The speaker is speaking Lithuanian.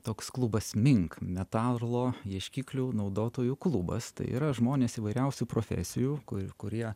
toks klubas mink metalo ieškiklių naudotojų klubas tai yra žmonės įvairiausių profesijų kurių kurie